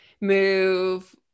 move